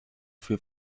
für